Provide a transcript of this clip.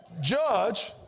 judge